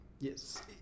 Yes